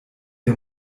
der